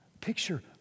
Picture